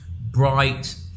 bright